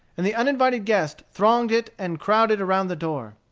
and the uninvited guests thronged it and crowded around the door.